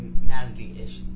humanity-ish